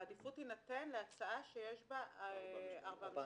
העדיפות תינתן להצעה שיש בה ארבעה